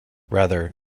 rather